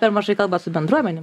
per mažai kalba su bendruomenėm